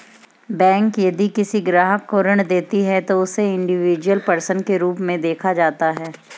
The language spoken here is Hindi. बैंक यदि किसी ग्राहक को ऋण देती है तो उसे इंडिविजुअल पर्सन के रूप में देखा जाता है